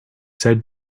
said